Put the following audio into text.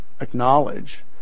acknowledge